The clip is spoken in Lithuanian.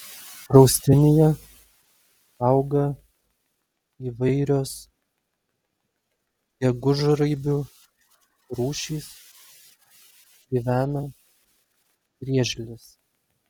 draustinyje auga įvairios gegužraibių rūšys gyvena griežlės